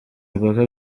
mpaka